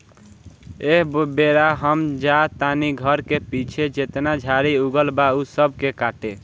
एह बेरा हम जा तानी घर के पीछे जेतना झाड़ी उगल बा ऊ सब के काटे